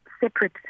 separate